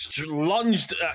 Lunged